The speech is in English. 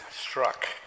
struck